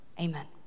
Amen